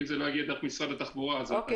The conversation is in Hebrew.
אוקיי.